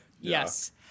yes